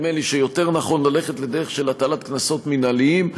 נדמה לי שיותר נכון ללכת לדרך של הטלת קנסות מינהליים.